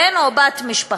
בן או בת משפחה.